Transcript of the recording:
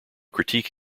critique